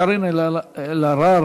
קארין אלהרר,